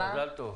מזל טוב.